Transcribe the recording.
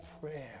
prayer